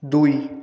দুই